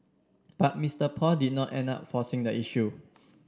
but Mr Paul did not end up forcing the issue